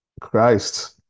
Christ